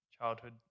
childhood